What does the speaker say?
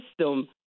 system